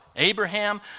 Abraham